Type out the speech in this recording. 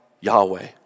Yahweh